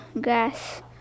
grass